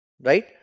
right